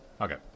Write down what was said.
Okay